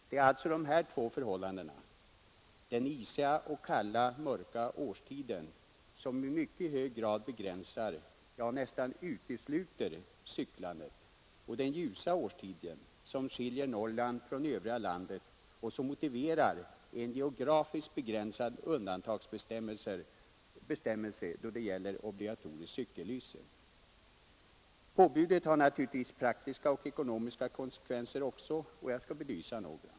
Det är alltså dessa två förhållanden: den isiga, kalla och mörka årstiden, som i mycket hög grad begränsar, ja, nästan utesluter cyklandet och den ljusa årstiden som skiljer Norrland från det övriga landet och som motiverar en geografiskt begränsad undantagsbestämmelse då det gäller obligatoriskt cykellyse. Påbudet har naturligtvis också praktiska och ekonomiska konsekvenser och jag skall belysa några.